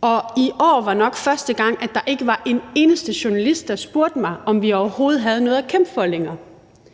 og i år var nok første gang, at der ikke var en eneste journalist, der spurgte mig, om vi overhovedet havde noget at kæmpe for længere.